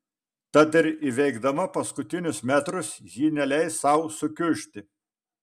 tad ir įveikdama paskutinius metrus ji neleis sau sukiužti